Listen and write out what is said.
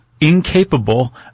incapable